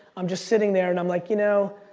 i'm just sitting there and i'm like you know,